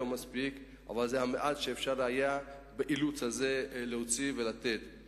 אבל זה המעט שאפשר היה להוציא ולתת באילוץ הזה.